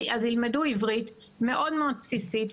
אז ילמדו עברית מאוד מאוד בסיסית.